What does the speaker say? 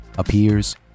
appears